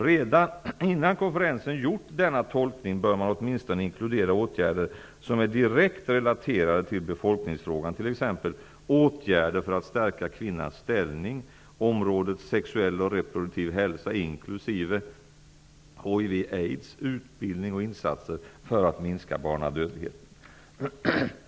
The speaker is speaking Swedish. Redan innan konferensen har gjort denna tolkning bör man åtminstone inkludera åtgärder som är direkt relaterade till befolkningsfrågan, t.ex. åtgärder för att stärka kvinnans ställning, området sexuell och reproduktiv hälsa inklusive hiv/aids, utbildning och insatser för att minska barnadödligheten. Fru talman!